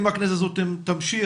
אם הכנסת הזאת תמשיך,